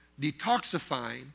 detoxifying